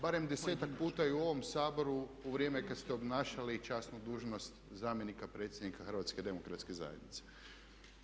Barem 10-ak puta i u ovom Saboru u vrijeme kada ste obnašali i časnu dužnost zamjenika predsjednika HDZ-a.